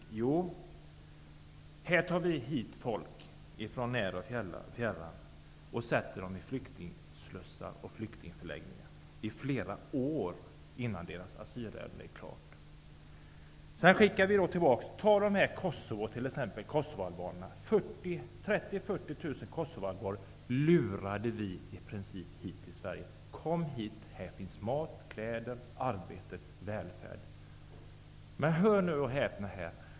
Jo, vi tar hit folk från när och fjärran och sätter dem i flyktingslussar och flyktingförläggningar i flera år innan deras asylärende är avgjort. Ta t.ex. kosovoalbanerna. 30 000--40 000 kosovoalbaner lurade vi i princip hit till Sverige: Kom hit, här finns mat, kläder, arbete, välfärd! Men hör och häpna!